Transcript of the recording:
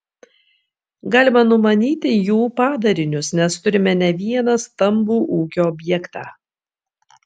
galima numanyti jų padarinius nes turime ne vieną stambų ūkio objektą